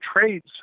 trades